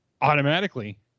automatically